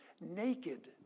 naked